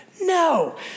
No